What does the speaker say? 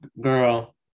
Girl